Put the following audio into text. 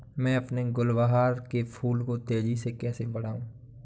मैं अपने गुलवहार के फूल को तेजी से कैसे बढाऊं?